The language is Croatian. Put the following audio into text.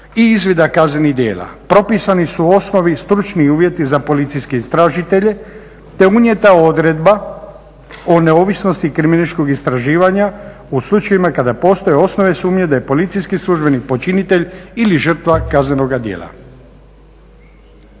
i izvida kaznenih djela. Propisani su u osnovi stručni uvjeti za policijske istražitelje te je unijeta odredba o neovisnosti kriminalističkog istraživanja u slučajevima kada postoje osnovne sumnje da je policijski službenik počinitelj ili žrtva kaznenoga djela.